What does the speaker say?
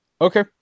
Okay